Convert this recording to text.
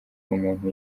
umuntu